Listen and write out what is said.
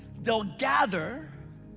they'll gather